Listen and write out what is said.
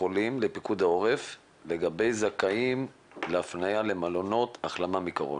החולים לפיקוד העורף לגבי זכאים להפניה למלונות החלמה מקורונה.